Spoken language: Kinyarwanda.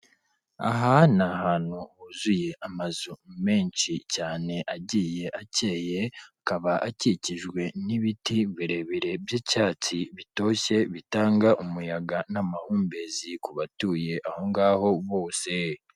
Aha ni ahantu huzuye amazu menshi cyane agiye acyeye, akaba akikijwe n'ibiti birebire by'icyatsi bitoshye, bitanga umuyaga n'amahumbezi ku batuye aho ngaho bose.